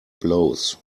blows